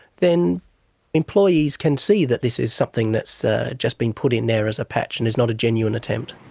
then employees can see that this is something that's ah just been put in there as a patch and is not a genuine attempt.